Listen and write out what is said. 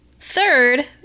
Third